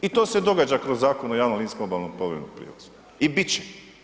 I to se događa kroz Zakon o javnom linijskom obalnom povremenom prijevozu i bit će.